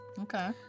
Okay